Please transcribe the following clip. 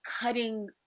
cutting